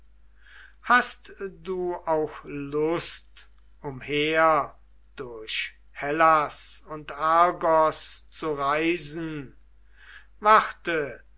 hast du auch lust umher durch hellas und argos zu reisen warte